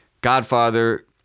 Godfather